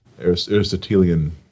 Aristotelian